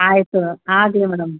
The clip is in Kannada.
ಆಯಿತು ಆಗಲಿ ಮೇಡಮ್